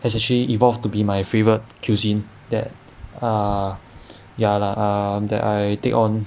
has actually evolve to be my favourite cuisine that err ya lah um that I take on